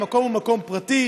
המקום הוא מקום פרטי,